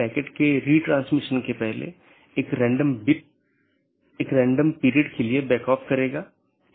इसके बजाय हम जो कह रहे हैं वह ऑटॉनमस सिस्टमों के बीच संचार स्थापित करने के लिए IGP के साथ समन्वय या सहयोग करता है